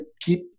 keep